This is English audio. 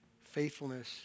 faithfulness